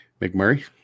McMurray